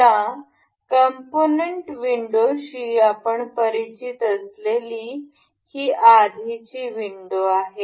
या कॉम्पोनन्ट विंडोशी आपण परिचित असलेली ही आधीची विंडो आहे